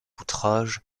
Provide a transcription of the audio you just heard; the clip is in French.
outrage